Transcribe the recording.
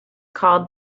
called